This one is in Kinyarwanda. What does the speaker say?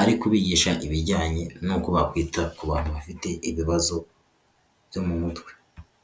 ari kubigisha kubijyanye n'uko bakwita ku bantu bafite ibibazo byo mu mutwe.